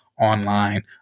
online